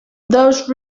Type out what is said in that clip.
those